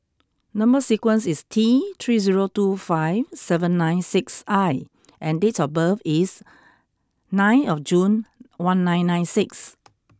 number sequence is T three zero two five seven nine six I and date of birth is nine of June one nine nine six